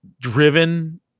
driven